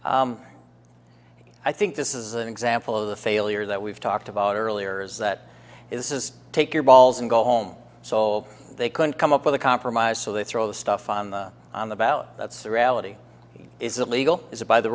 you i think this is an example of the failure that we've talked about earlier is that it is take your balls and go home so they can come up with a compromise so they throw stuff on the on the ballot that's the reality is it legal is it by the